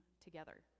together